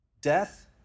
Death